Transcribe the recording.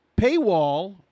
paywall